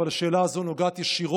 אבל השאלה הזאת נוגעת ישירות